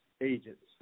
agents